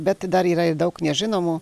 bet dar yra ir daug nežinomų